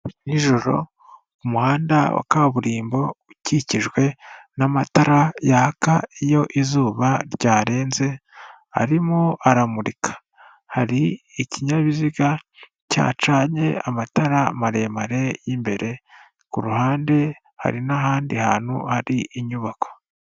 Nijoro umuhanda wa kaburimbo ukikijwe n'amatara yaka iyo izuba ryarenze arimo aramurika, hari ikinyabiziga cyacanye amatara maremare y'imbere ku ruhande hari n'ahandi hantu hari inyubako.